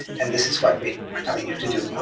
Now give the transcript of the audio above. and this is what we are telling you to do. no.